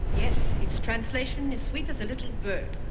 yes. its translation is sweet as a little bird.